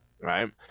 Right